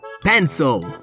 Pencil